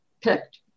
picked